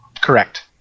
Correct